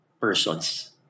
persons